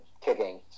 kicking